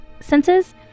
senses